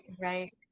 Right